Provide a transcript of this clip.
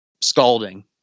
scalding